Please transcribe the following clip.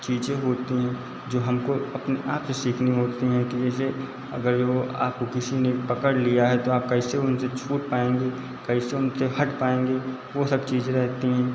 चीज़ें होती हैं जो हमको अपने आपसे सीखनी होती हैं कि जैसे अगर वह आपको किसी ने पकड़ लिया है तो आप कैसे उनसे छूट पाएँगे कैसे उनसे हट पाएँगे वह सब चीज़ रहती हैं